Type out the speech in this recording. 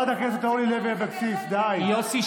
נגד יוסף